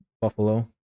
Buffalo